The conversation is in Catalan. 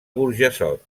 burjassot